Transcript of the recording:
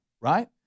right